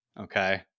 Okay